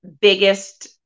biggest